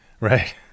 right